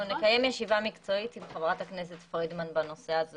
אנחנו נקיים ישיבה מקצועית עם חברת הכנסת פרידמן בנושא הזה,